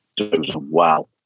wow